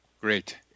Great